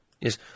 Yes